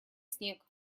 снег